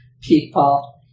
people